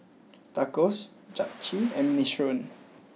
Tacos Japchae and Minestrone